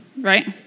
right